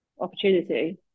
opportunity